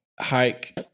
hike